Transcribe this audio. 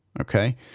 Okay